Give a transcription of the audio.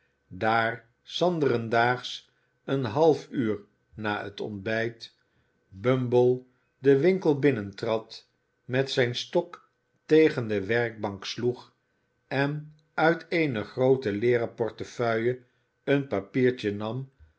daar s anderen daags een half uur na het ontbijt bumble den winkel binnentrad met zijn stok tegen de werkbank sloeg en uit eene groote leeren portefeuille een papiertje nam